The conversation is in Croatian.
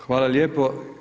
Hvala lijepo.